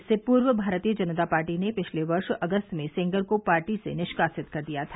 इससे पूर्व भारतीय जनता पार्टी ने पिछले वर्ष अगस्त में सेंगर को पार्टी से निष्कासित कर दिया था